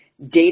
data